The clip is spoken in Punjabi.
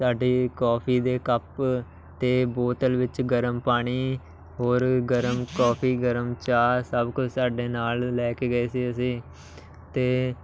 ਸਾਡੇ ਕੋਫੀ ਦੇ ਕੱਪ ਅਤੇ ਬੋਤਲ ਵਿੱਚ ਗਰਮ ਪਾਣੀ ਹੋਰ ਗਰਮ ਕੋਫੀ ਗਰਮ ਚਾਹ ਸਭ ਕੁਛ ਸਾਡੇ ਨਾਲ ਲੈ ਕੇ ਗਏ ਸੀ ਅਸੀਂ ਅਤੇ